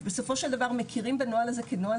בסופו של דבר מכירים בנוהל הזה כנוהל